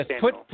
Put